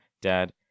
dad